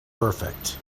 perfect